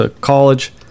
college